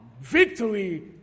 Victory